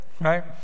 Right